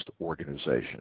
organization